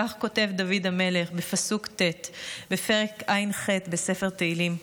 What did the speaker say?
כך כותב דוד המלך בפסוק ט' בפרק ע"ח בספר תהילים.